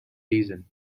reason